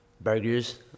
burgers